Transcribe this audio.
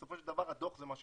בסופו של דבר הדוח זה מה שקובע,